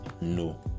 no